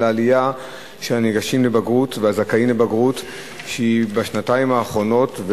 העלייה במספר הניגשים לבגרות ובזכאים לבגרות שהיא בשנתיים האחרונות,